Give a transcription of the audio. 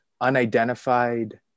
unidentified